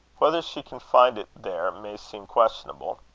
whether she can find it there, may seem questionable.